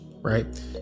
right